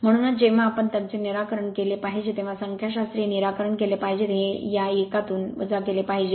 म्हणूनच जेव्हा आपण त्यांचे निराकरण केले पाहिजे तेव्हा संख्याशास्त्रीय निराकरण केले पाहिजे हे या एकातून वजा केले पाहिजे